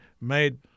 made